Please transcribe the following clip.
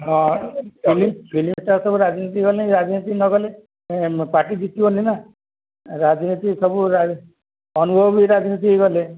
ହଁ film star ସବୁ ରାଜନୀତି ଗଲେ ରାଜନୀତି ନ ଗଲେ ପାର୍ଟି ଜିତିବନି ନା ରାଜନୀତି ସବୁ ଅନୁଭବ ବି ରାଜନୀତି ହେଇଗଲେ